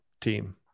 team